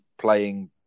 playing